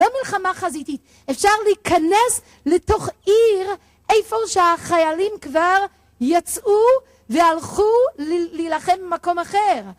לא מלחמה חזיתית, אפשר להיכנס לתוך עיר איפה שהחיילים כבר יצאו והלכו להילחם במקום אחר